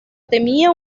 temía